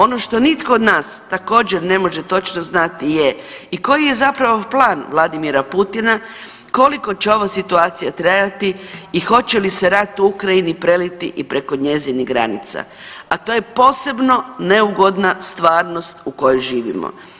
Ono što nitko od nas također ne može točno znati je i koji je zapravo plan Vladimira Putina, koliko će ova situacija trajati i hoće li se rat u Ukrajini preliti i preko njezinih granica, a to je posebno neugodna stvarnost u kojoj živimo.